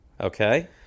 Okay